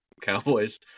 Cowboys